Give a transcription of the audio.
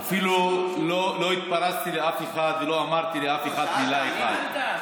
לא התפרצתי לאף אחד ולא אמרתי לאף אחד מילה אחת.